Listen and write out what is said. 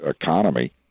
economy